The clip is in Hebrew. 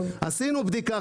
עשינו בדיקה,